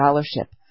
scholarship